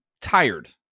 tired